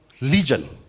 Legion